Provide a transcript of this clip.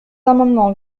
amendement